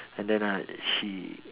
and then uh she